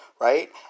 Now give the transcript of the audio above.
right